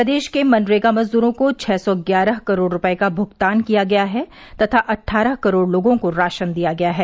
प्रदेश के मनरेगा मजदूरों को छह सौ ग्यारह करोड़ रूपये का भुगतान किया गया है तथा अट्ठारह करोड़ लोगों को राशन दिया गया है